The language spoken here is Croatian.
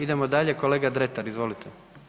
Idemo dalje, kolega Dretar, izvolite.